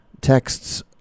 texts